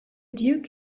duke